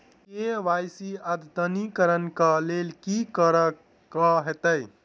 KYC अद्यतनीकरण कऽ लेल की करऽ कऽ हेतइ?